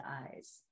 eyes